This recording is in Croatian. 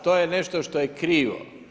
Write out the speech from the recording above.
To je nešto što je krivo.